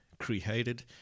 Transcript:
created